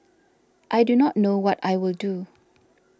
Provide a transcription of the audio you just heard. I do not know what I will do